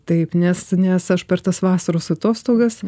taip nes nes aš per tas vasaros atostogas